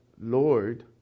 Lord